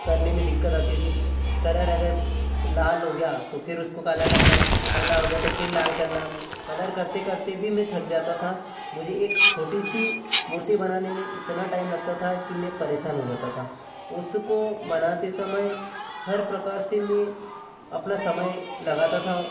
करने में दिक्कत आती थी कलर अगर लाल हो गया तो फिर उसको काला करना काला हो गया तो फिर लाल करना कलर करते करते भी मैं थक जाता था मुझे एक छोटी सी मूर्ति बनाने में इतना टाइम लगता था कि मैं परेशान हो जाता था उसको बनाते समय हर प्रकार से मैं अपना समय लगाता था